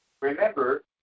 Remember